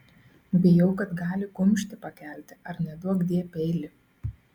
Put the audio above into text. bijau kad gali kumštį pakelti ar neduokdie peilį